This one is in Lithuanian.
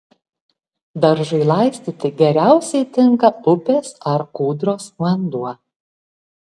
daržui laistyti geriausiai tinka upės ar kūdros vanduo